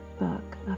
book